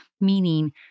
meaning